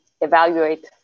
evaluate